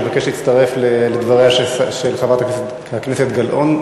אני מבקש להצטרף לדבריה של חברת הכנסת גלאון.